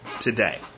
today